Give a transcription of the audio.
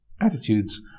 attitudes